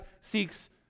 seeks